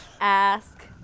Ask